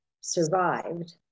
survived